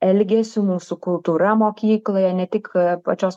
elgesiu mūsų kultūra mokykloje ne tik pačios